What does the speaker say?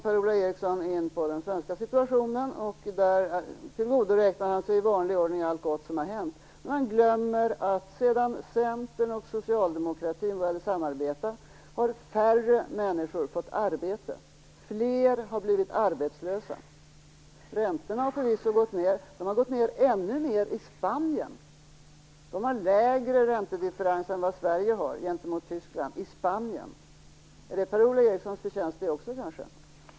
Per-Ola Eriksson kom sedan in på den svenska situationen. Där tillgodoräknar han sig i vanlig ordning allt gott som har hänt. Han glömmer att sedan Centern och Socialdemokraterna började samarbeta har färre människor fått arbete. Fler har blivit arbetslösa. Räntorna har förvisso gått ned. De har gått ned ännu mer i Spanien. I Spanien har man lägre räntedifferenser än vad Sverige har gentemot Tyskland. Är det kanske också Per-Ola Erikssons förtjänst?